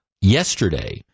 yesterday